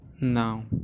now